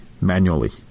manually